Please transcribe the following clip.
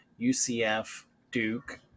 UCF-Duke